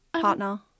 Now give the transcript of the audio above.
partner